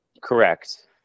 Correct